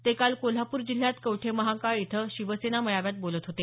ते काल कोल्हापूर जिल्ह्यात कवठेमहांकाळ इथं शिवसेना मेळाव्यात बोलत होते